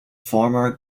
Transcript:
former